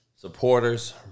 supporters